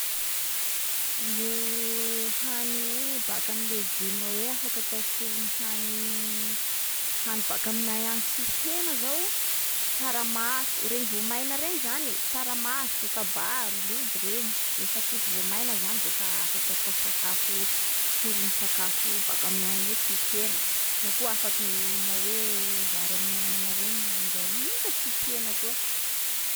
Le hany hoe baka am’legioma hoe afaky atao solon’ny hany- hany baka aminay any tsisy hena zao: tsaramaso, regny voamaina regny zany e. tsaramaso, kabaro, lojy regny, refa toute voamaina zany de fa afaky atao sakafo solon’ny sakafo baka aminay any hoe tsisy hena. Nao koa afaky m- mihina hoe vary amin’anana regny maraindray regny nefa tsisy hena koa.